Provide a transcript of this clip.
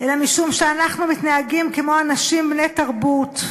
אלא משום שאנחנו מתנהגים כמו אנשים בני-תרבות.